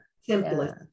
simplest